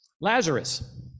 Lazarus